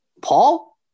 Paul